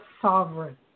sovereign